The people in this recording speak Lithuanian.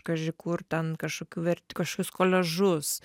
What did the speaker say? kaži kur ten kažkokių vert kažkokius koliažus